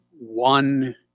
one